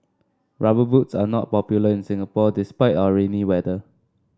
rubber boots are not popular in Singapore despite our rainy weather